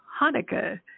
Hanukkah